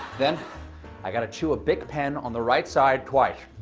then i got to chew a bic pen on the right side twice.